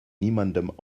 niemandem